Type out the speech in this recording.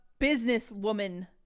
businesswoman